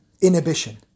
inhibition